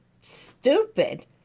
stupid